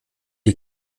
die